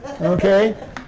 Okay